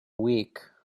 week